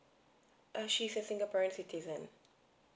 err she's a singaporean citizen